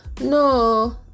no